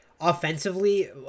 Offensively